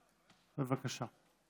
בבקשה.